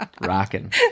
rocking